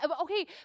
Okay